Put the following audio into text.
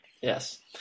Yes